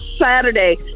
Saturday